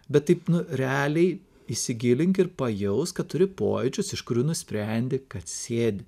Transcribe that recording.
bet taip nu realiai įsigilink ir pajausk kad turi pojūčius iš kurių nusprendi kad sėdi